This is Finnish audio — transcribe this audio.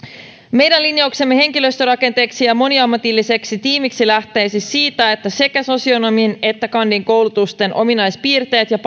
meidän linjauksemme henkilöstörakenteeksi ja moniammatilliseksi tiimiksi lähtee siis siitä että sekä sosionomin että kandin koulutusten ominaispiirteet ja